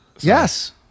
Yes